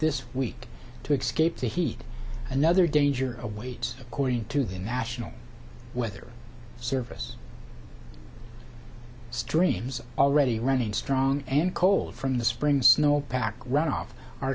this week to excuse the heat another danger awaits according to the national weather service streams already running strong and cold from the spring snow pack runoff are